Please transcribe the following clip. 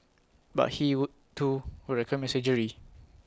but he would too would recommend surgery